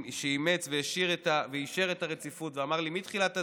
שאימץ ואישר את הרציפות ואמר לי מתחילת הדרך: